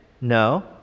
No